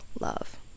love